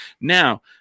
now